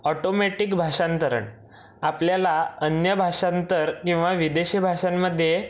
automatic भाषांतरण आपल्याला अन्य भाषांतर किंवा विदेशी भाषांमध्ये